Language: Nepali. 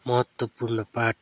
महत्त्वपूर्ण पाठ